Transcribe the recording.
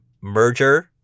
merger